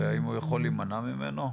והאם הוא יכול להימנע ממנו?